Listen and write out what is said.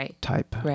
type